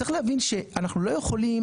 צריך להבין שאנחנו לא יכולים,